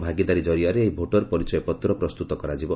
ଭାଗିଦାରୀ ଜରିଆରେ ଏହି ଭୋଟର୍ ପରିଚୟ ପତ୍ର ପ୍ରସ୍ତୁତ କରାଯିବ